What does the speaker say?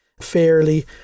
Fairly